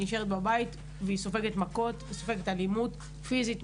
נשארת בבית וסופגת מכות ואלימות פיזית,